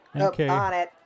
Okay